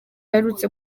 aherutse